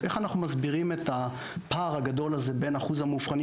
איך אנחנו מסבירים את הפער הגדול הזה בין אחוז המאובחנים